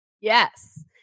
Yes